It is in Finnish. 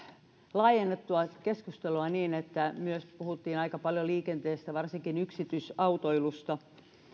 laajennettua keskustelua niin että myös puhuttiin aika paljon liikenteestä varsinkin yksityisautoilusta